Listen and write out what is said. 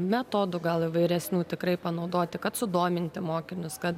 metodų gal įvairesnių tikrai panaudoti kad sudominti mokinius kad